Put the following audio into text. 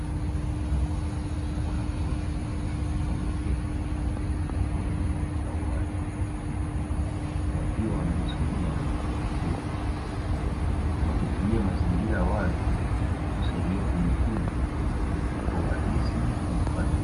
Wanafunzi wameketi katika eneo la uwazi, wakiwa wanajisomea kwa makini wakitumia mazingira ya uwazi kusaidia kujifunza kwa urahisi na ufanisi.